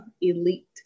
elite